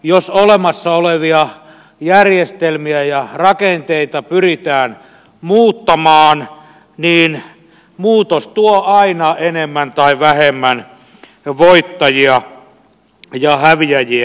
jos olemassa olevia järjestelmiä ja rakenteita pyritään muuttamaan muutos tuo aina enemmän tai vähemmän voittajia ja häviäjiä